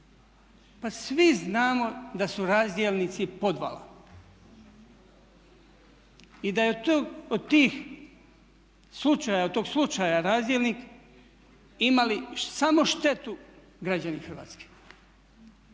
pa svi znamo da su razdjelnici podvala i da su od tog slučaja razdjelnik imali samo štetu građani Hrvatske